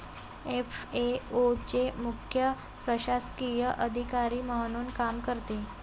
FAO चे मुख्य प्रशासकीय अधिकारी म्हणून काम करते